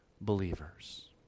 believers